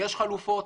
יש חלופות,